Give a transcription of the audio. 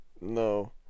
No